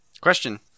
Question